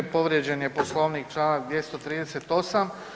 Povrijeđen je Poslovnik članak 238.